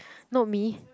not me